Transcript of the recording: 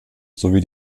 sowie